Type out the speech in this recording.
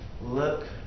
look